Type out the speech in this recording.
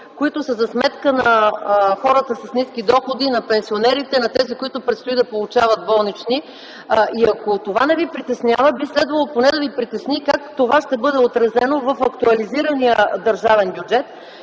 които са за сметка на хората с ниски доходи, на пенсионерите, на тези, които предстои да получават болнични! Ако това не Ви притеснява, би следвало поне да ви притесни как това ще бъде отразено в актуализирания държавен бюджет.